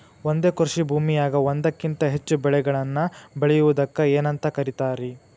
ಒಂದೇ ಕೃಷಿ ಭೂಮಿಯಾಗ ಒಂದಕ್ಕಿಂತ ಹೆಚ್ಚು ಬೆಳೆಗಳನ್ನ ಬೆಳೆಯುವುದಕ್ಕ ಏನಂತ ಕರಿತಾರಿ?